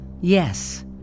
Yes